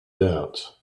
doubts